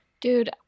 dude